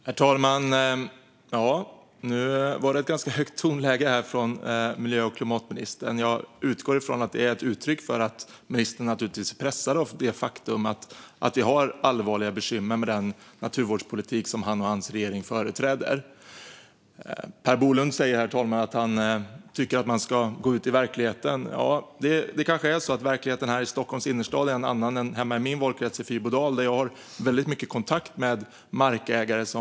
Herr talman! Nu var det ett ganska högt tonläge från miljö och klimatministern. Jag utgår från att det är ett uttryck för att ministern är pressad av det faktum att vi har allvarliga bekymmer med den naturvårdspolitik som han och hans regering företräder. Herr talman! Per Bolund säger att han tycker att man ska gå ut i verkligheten. Verkligheten här i Stockholms innerstad är kanske en annan än verkligheten hemma i min valkrets Fyrbodal. Jag har mycket kontakt med markägare där.